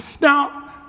Now